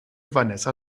vanessa